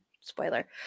Spoiler